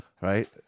right